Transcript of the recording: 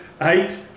eight